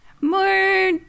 More